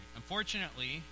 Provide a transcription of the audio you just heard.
unfortunately